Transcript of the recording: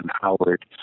Howard